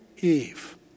Eve